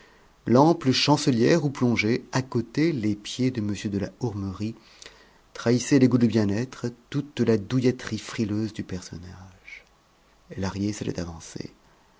la cheminée l'ample chancelière où plongeaient accotés les pieds de m de la hourmerie trahissaient les goûts de bien-être toute la douilletterie frileuse du personnage lahrier s'était avancé